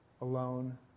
alone